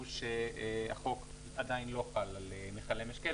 המצב המשפטי הוא שהחוק עדיין לא חל על מיכלי משקה,